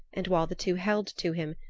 and, while the two held to him,